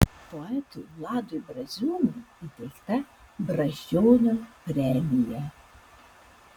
poetui vladui braziūnui įteikta brazdžionio premija